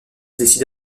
décide